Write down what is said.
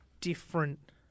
different